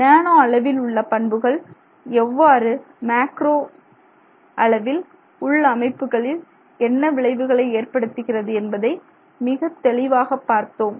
நானோ அளவில் உள்ள பண்புகள் எவ்வாறு மேக்ரோ அளவில் உள் அமைப்புகளில் என்ன விளைவுகளை ஏற்படுத்துகிறது என்பதை மிகத் தெளிவாக பார்த்தோம்